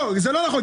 לא, זה לא נכון.